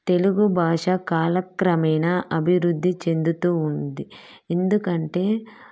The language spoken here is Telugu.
తెలుగు భాష కాలక్రమేణా అభివృద్ధి చెందుతూ ఉంది ఎందుకంటే